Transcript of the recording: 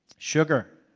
sugar,